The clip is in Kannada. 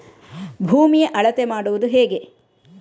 ಭೂಮಿಯ ಅಳತೆ ಮಾಡುವುದು ಹೇಗೆ?